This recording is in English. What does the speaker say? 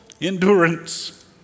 endurance